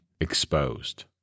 exposed